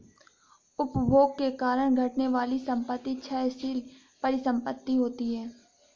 उपभोग के कारण घटने वाली संपत्ति क्षयशील परिसंपत्ति होती हैं